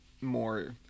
more